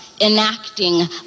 enacting